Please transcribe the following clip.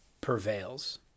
prevails